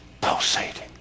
pulsating